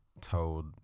told